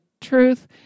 truth